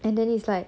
and then it's like